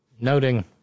noting